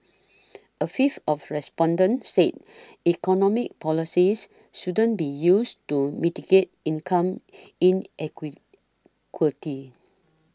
a fifth of respondents said economic policies shouldn't be used to mitigate income in